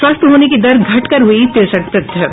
स्वस्थ होने की दर घटकर हुई तिरसठ प्रतिशत